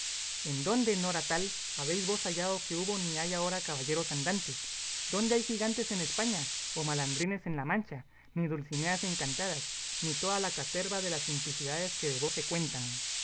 en dónde nora tal habéis vos hallado que hubo ni hay ahora caballeros andantes dónde hay gigantes en españa o malandrines en la mancha ni dulcineas encantadas ni toda la caterva de las simplicidades que de vos se cuentan